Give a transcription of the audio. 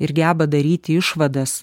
ir geba daryti išvadas